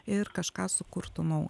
ir kažką sukurtų naujo